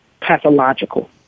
pathological